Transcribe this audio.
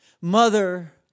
Mother